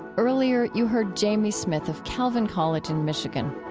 earlier you heard jamie smith of calvin college in michigan